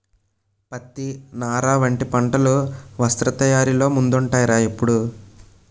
పత్తి, నార వంటి పంటలు వస్త్ర తయారీలో ముందుంటాయ్ రా ఎప్పుడూ